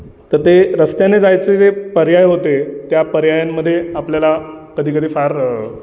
तर ते रस्त्याने जायचे जे पर्याय होते त्या पर्यायांमध्ये आपल्याला कधीकधी फार